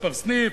מספר סניף,